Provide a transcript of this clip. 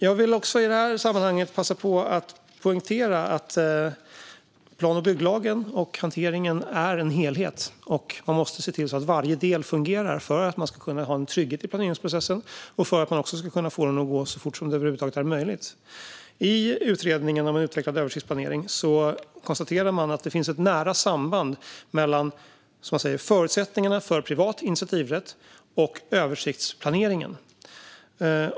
Jag vill i det här sammanhanget passa på att poängtera att plan och bygglagen och hanteringen är en helhet. Man måste se till att varje del fungerar för att man ska kunna ha en trygghet i planeringsprocessen och kunna få den att gå så fort som det över huvud taget är möjligt. I utredningen om utvecklad översiktsplanering konstaterar man att det finns ett nära samband mellan, som man säger, förutsättningarna för privat initiativrätt och översiktsplaneringen.